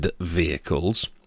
vehicles